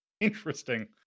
interesting